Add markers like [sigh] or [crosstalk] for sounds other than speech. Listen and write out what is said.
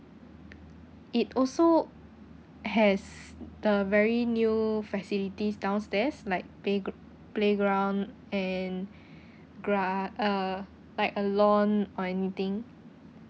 it also has the very new facilities downstairs like playg~ playground and [breath] gra~ uh like a lawn or anything